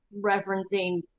referencing